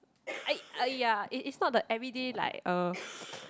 I !aiya! it it's not the everyday like uh